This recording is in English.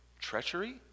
treachery